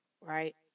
right